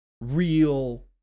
real